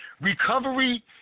Recovery